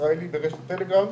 ישראלי ברשת הטלגרם,